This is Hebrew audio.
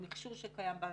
המכשור שקיים בה.